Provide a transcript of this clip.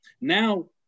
Now